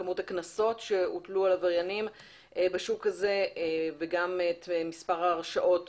כמות הקנסות שהוטלו על עבריינים בשוק הזה וגם מספר הרשעות